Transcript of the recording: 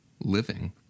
living